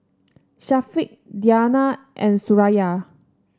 Syafiq Diyana and Suraya